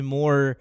more